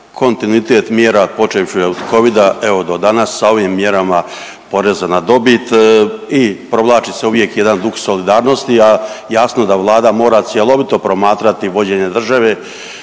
kontinuitet mjera počevši, je li, od Covida evo do danas, sa ovim mjerama poreza na dobit i provlači se uvijek jedan duh solidarnosti, a jasno da Vlada mora cjelovito promatrati vođenje države